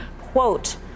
quote